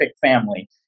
family